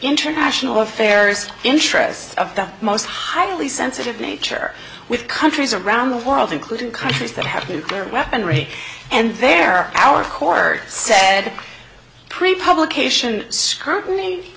international affairs interests of the most highly sensitive nature with countries around the world including countries that have nuclear weaponry and there are our core said pre publication scrutiny